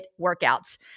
workouts